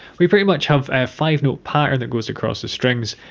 we pretty much have a five note pattern that goes across the strings.